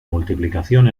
multiplicación